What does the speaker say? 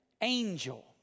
angel